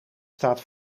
staat